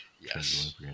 Yes